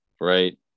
right